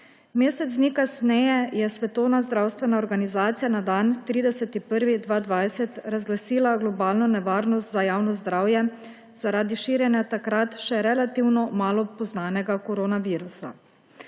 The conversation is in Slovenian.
Mesec dni kasneje je Svetovna zdravstvena organizacija na dan 30. 1. 2020 razglasila globalno nevarnost za javno zdravje zaradi širjenja takrat še relativno malo poznanega koronavirusa.